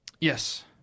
Yes